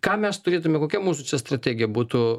ką mes turėtume kokia mūsų strategija būtų